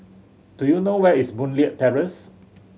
do you know where is Boon Leat Terrace